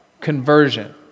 conversion